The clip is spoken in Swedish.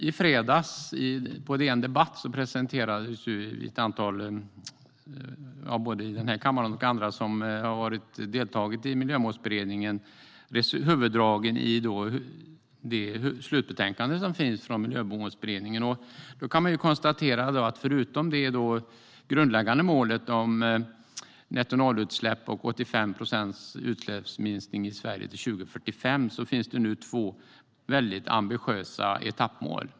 I fredags presenterades på DN Debatt av ett antal deltagare i Miljömålsberedningen - både ledamöter av den här kammaren och andra - huvuddragen i beredningens slutbetänkande. Man kan konstatera att det förutom det grundläggande målet om nettonollutsläpp och 85 procents utsläpps-minskning i Sverige till 2045 nu finns två ambitiösa etappmål.